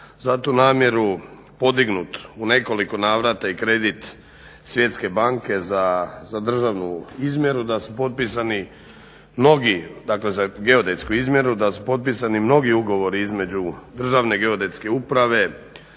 za tu namjeru podignut u nekoliko navrata i kredit Svjetske banke za državnu izmjeru, da su potpisani mnogi, dakle za geodetsku